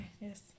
yes